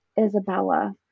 Isabella